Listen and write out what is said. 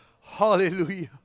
Hallelujah